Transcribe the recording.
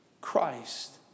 Christ